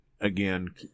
again